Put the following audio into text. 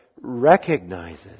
recognizes